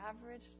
average